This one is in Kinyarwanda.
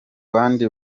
bandi